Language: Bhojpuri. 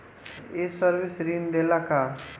ये सर्विस ऋण देला का?